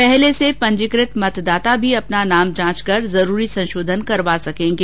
पूर्व में पंजीकृत मतदाता भी अपना नाम जांच कर जरूरी संशोधन करवा सकेंगे